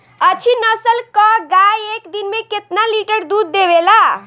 अच्छी नस्ल क गाय एक दिन में केतना लीटर दूध देवे ला?